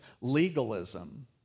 legalism